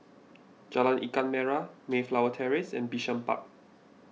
Jalan Ikan Merah Mayflower Terrace and Bishan Park